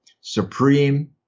supreme